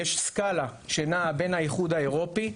יש סקאלה שנעה בין האיחוד האירופי,